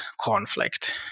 conflict